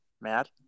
Mad